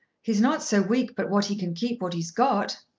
he's not so weak but what he can keep what he's got.